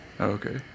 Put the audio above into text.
okay